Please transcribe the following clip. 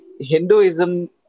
Hinduism